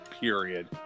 period